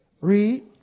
Read